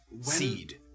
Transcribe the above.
seed